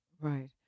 Right